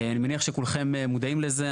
אני מניח שכולכם מודעים לזה.